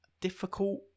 difficult